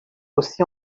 aussi